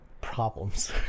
problems